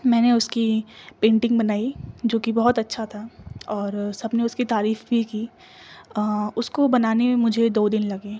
میں نے اس کی پینٹنگ بنائی جو کہ بہت اچھا تھا اور سب نے اس کی تعریف بھی کی اس کو بنانے میں مجھے دو دن لگے